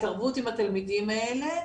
התערבות עם התלמידים האלה,